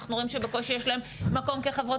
אנחנו רואים שבקושי יש להן מקום כחברות